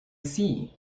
see